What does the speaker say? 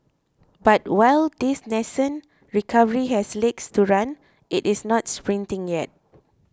but while this nascent recovery has legs to run it is not sprinting yet